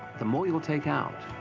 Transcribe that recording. the more you'll take out.